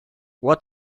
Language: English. what